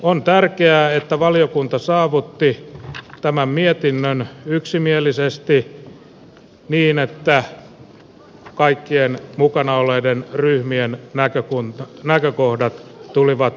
on tärkeää että valiokunta saavutti tämän mietinnön yksimielisesti niin että kaikkien mukana olleiden ryhmien näkökohdat tulivat huomioiduiksi